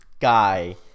guy